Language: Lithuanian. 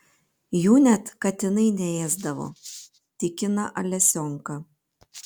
jų net katinai neėsdavo tikino alesionka